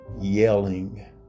yelling